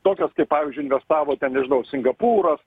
tokias kaip pavyzdžiui investavo ten nežinau singapūras